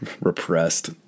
repressed